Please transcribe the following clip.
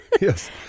yes